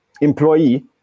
employee